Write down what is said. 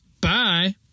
Bye